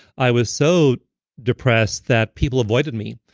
i was so depressed that people avoided me.